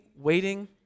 waiting